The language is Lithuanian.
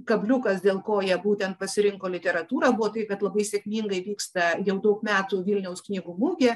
kabliukas dėl ko jie būtent pasirinko literatūrą buvo tai kad labai sėkmingai vyksta jau dau metų vilniaus knygų mugė